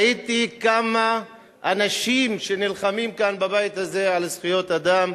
וראיתי כמה אנשים שנלחמים כאן בבית הזה על זכויות אדם,